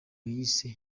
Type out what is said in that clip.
yise